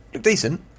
decent